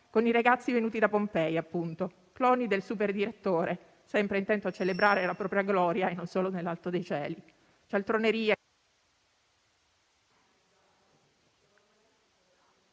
con i ragazzi venuti da Pompei, cloni del superdirettore, sempre intento a celebrare la propria gloria e non solo nell'alto dei cieli. Cialtronerie...